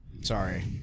Sorry